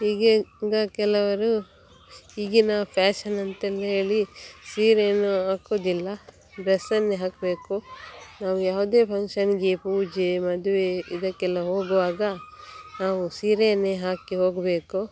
ಹೀಗೆ ಈಗ ಕೆಲವರು ಈಗಿನ ಫ್ಯಾಷನ್ ಅಂತೆಲ್ಲ ಹೇಳಿ ಸೀರೆಯನ್ನು ಹಾಕುದಿಲ್ಲ ಡ್ರೆಸ್ಸನ್ನೇ ಹಾಕಬೇಕು ನಾವು ಯಾವುದೇ ಫಂಕ್ಷನ್ನಿಗೆ ಪೂಜೆ ಮದುವೆ ಇದಕ್ಕೆಲ್ಲ ಹೋಗುವಾಗ ನಾವು ಸೀರೆಯನ್ನೇ ಹಾಕಿ ಹೋಗಬೇಕು